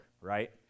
right